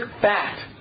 fact